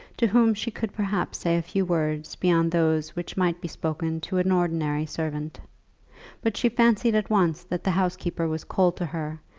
to whom she could perhaps say a few words beyond those which might be spoken to an ordinary servant but she fancied at once that the housekeeper was cold to her,